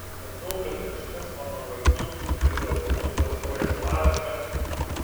supratau kad kažkas mano vardu ir galbūt suklastojęs parašą